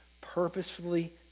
purposefully